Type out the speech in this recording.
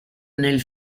nel